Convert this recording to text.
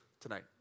tonight